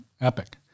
epic